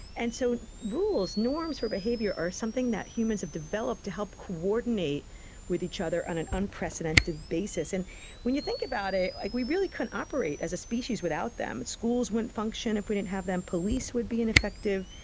and so rules, norms of behaviour are something that humans have developed to help coordinate with each other on an unprecedented basis. and when you think about it, like we really couldn't operate as a species without them. schools wouldn't function if we didn't have them, police would be ineffective,